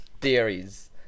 theories